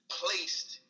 placed